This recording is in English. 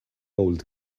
old